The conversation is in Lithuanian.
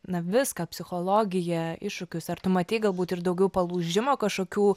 na viską psichologiją iššūkius ar tu matei galbūt ir daugiau palūžimo kažkokių